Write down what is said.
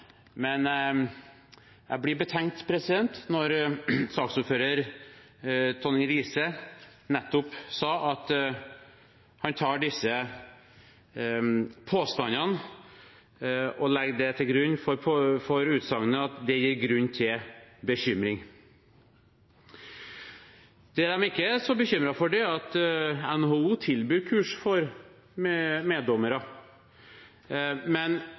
men jeg blir betenkt når saksordfører Tonning Riise nettopp sa at han legger disse påstandene til grunn for utsagnet om at det gir grunn til bekymring. Det de ikke er så bekymret for, er at NHO tilbyr kurs for med meddommere,